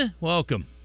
welcome